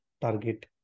target